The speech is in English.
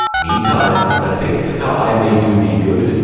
meantime, but think how i may do thee good,